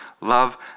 love